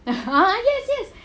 yes yes